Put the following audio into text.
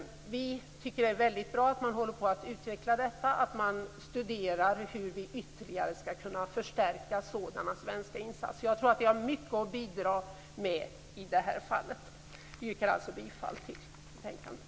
Vi tycker det är väldigt bra att man håller på att utveckla detta, att man studerar hur vi ytterligare skall kunna förstärka sådana svenska insatser. Jag tror att vi har mycket att bidra med i det här fallet. Jag yrkar alltså bifall till betänkandet.